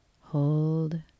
Hold